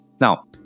Now